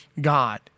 God